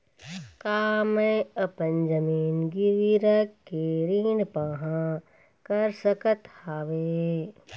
का मैं अपन जमीन गिरवी रख के ऋण पाहां कर सकत हावे?